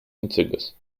winziges